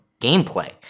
gameplay